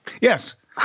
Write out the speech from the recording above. Yes